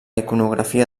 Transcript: iconografia